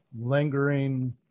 lingering